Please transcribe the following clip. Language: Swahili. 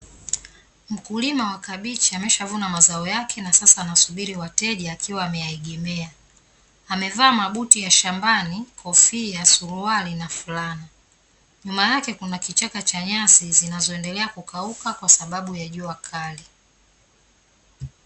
Mkulima wa kabichi ameshavuna mazao yake na sasa anasubiri wateja akiwa ameyaegemea, amevaa mabuti ya shambani, kofia, suruali na fulana, nyuma yake kuna kichaka cha nyasi zinazoendelea kukauka kwa sababu ya jua kali.